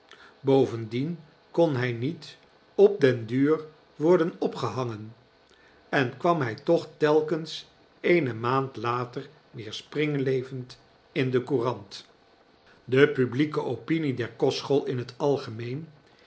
bovendien kon h j niet op den duur worden opgehangen en kwam hy toch telkens eene maand later weer springlevend in de courant de publieke opinie der kostschool in t algemeen